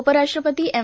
उपराष्ट्रपती एम